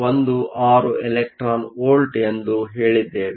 16 electron volt ಎಂದು ಹೇಳಿದ್ದೇವೆ